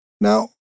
Now